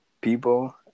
People